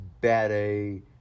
bad-A